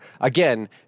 Again